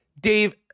Dave